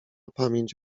pamięć